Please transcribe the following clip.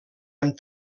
amb